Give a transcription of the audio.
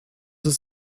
ist